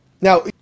Now